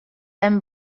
hem